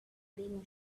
being